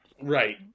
right